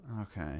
Okay